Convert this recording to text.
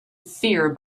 fear